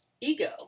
ego